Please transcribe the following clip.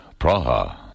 Praha